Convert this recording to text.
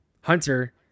Hunter